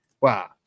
wow